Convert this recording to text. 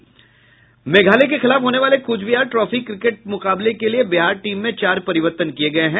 मेघायल के खिलाफ होने वाले कूच विहार ट्रॉफी क्रिकेट मुकाबले के लिए बिहार टीम में चार परिवर्तन किये गये हैं